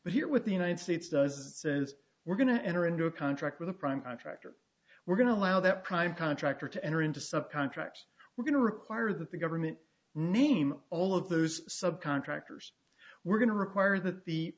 but here with the united states doesn't say as we're going to enter into a contract with a prime contractor we're going to allow that private contractor to enter into sub contract we're going to require that the government name all of those subcontractors we're going to require that the